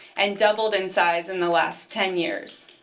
and doubled in size in the last ten years.